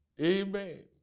amen